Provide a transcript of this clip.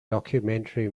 documentary